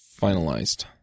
finalized